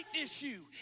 issue